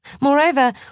Moreover